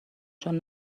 چون